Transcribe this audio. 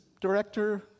director